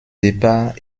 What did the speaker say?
départ